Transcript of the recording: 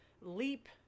leap